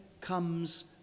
comes